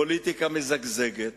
פוליטיקה מזגזגת,